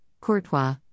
Courtois